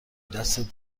دستت